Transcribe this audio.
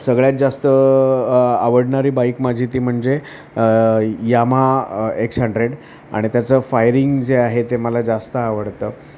सगळ्यात जास्त आवडणारी बाईक माझी ती म्हणजे यामाहा एक्स हंड्रेड आणि त्याचं फायरिंग जे आहे ते मला जास्त आवडतं